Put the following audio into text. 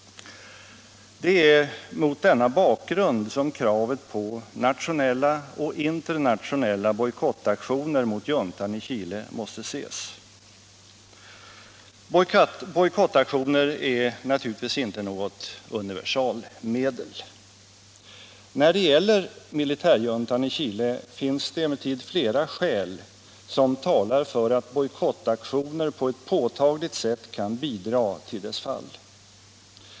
Det är mot denna bakgrund som kravet på nationella och internationella bojkottaktioner mot juntan i Chile måste ses. Bojkottaktioner är naturligtvis inte något universalmedel. När det gäller militärjuntan i Chile finns det emellertid flera skäl som talar för att bojkottaktioner på ett påtagligt sätt kan bidra till dess fall.